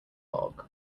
log